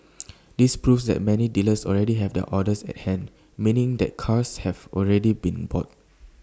this proves that many dealers already have their orders at hand meaning that cars have already been bought